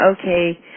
okay